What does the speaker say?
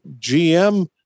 GM